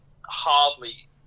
hardly